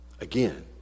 Again